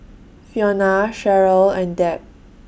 Fiona Cheryle and Deb